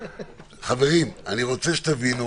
חברים, אני רוצה שתבינו,